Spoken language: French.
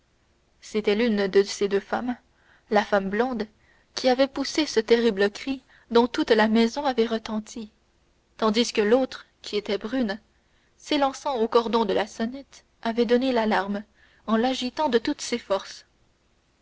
c'était l'une de ces deux femmes la femme blonde qui avait poussé ce terrible cri dont toute la maison avait retenti tandis que l'autre qui était brune s'élançant au cordon de la sonnette avait donné l'alarme en l'agitant de toutes ses forces